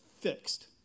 fixed